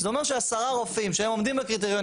זה אומר שעשרה רופאים שהם עומדים בקריטריונים